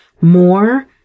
more